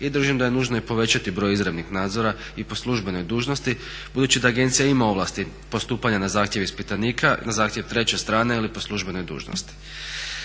i držim da je nužno i povećati broj izravnih nadzora i po službenoj dužnosti budući da agencija ima ovlasti postupanja na zahtjev ispitanika, zahtjev treće strane ili po službenoj dužnosti.